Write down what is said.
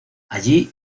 allí